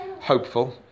hopeful